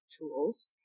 tools